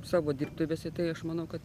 savo dirbtuvėse tai aš manau kad